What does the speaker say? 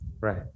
Right